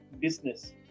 business